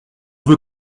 veut